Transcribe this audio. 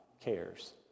cares